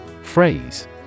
Phrase